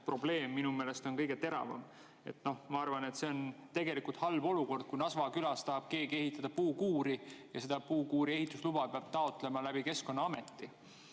probleem minu meelest on kõige teravam. Noh, ma arvan, et see on tegelikult halb olukord, kui Nasva külas tahab keegi ehitada puukuuri ja puukuuri ehitusluba peab taotlema Keskkonnaameti